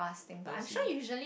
we'll see